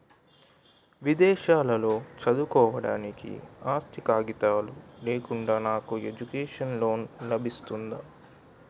విదేశాలలో చదువుకోవడానికి ఆస్తి కాగితాలు లేకుండా నాకు ఎడ్యుకేషన్ లోన్ లబిస్తుందా?